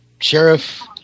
Sheriff